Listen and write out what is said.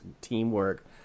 teamwork